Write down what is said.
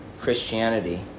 Christianity